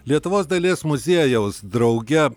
lietuvos dailės muziejaus drauge